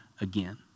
again